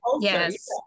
Yes